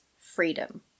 freedom